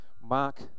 Mark